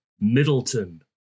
Middleton